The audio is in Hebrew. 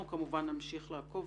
אנחנו כמובן נמשיך לעקוב.